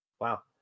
Wow